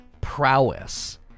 prowess